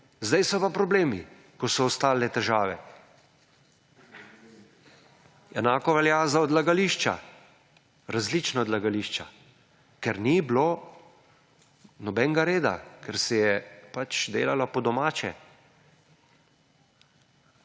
zdaj so pa problemi, ko so ostale težave. Enako velja za odlagališča, različna odlagališča, ker ni bilo nobenega reda, ker se je pač delalo po domače.